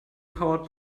powered